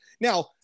Now